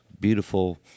beautiful